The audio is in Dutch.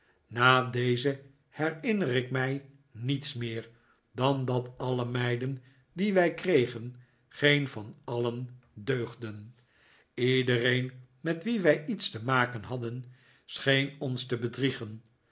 na deze herinner ik mij niets meer dan dat alle meiden die wij kregen geen van alien deugden iedereen met wien wij iets te maken hadden scheen ons te bedriegen